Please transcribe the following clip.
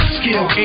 skill